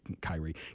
Kyrie